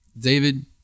David